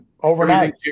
overnight